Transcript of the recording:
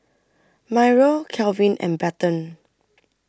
Myrle Calvin and Bethann